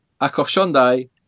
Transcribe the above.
akoshondai